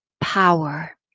power